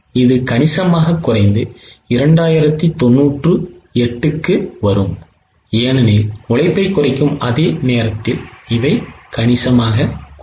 இது கணிசமாக குறைந்து 2098க்கு வரும் ஏனெனில் உழைப்பை குறைக்கும் அதே நேரத்தில் இவை கணிசமாக குறையும்